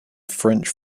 french